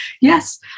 yes